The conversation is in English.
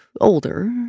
older